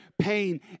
pain